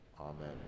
Amen